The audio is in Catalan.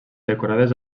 decorades